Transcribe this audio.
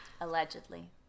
Allegedly